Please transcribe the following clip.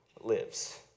lives